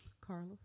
Carla